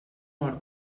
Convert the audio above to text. mor